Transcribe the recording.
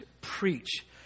preach